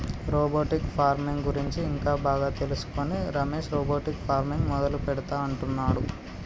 robotic farming గురించి ఇంకా బాగా తెలుసుకొని రమేష్ రోబోటిక్ ఫార్మింగ్ మొదలు పెడుతా అంటున్నాడు